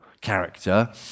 character